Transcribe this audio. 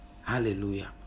Hallelujah